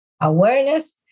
awareness